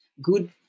good